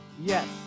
yes